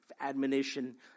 admonition